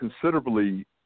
considerably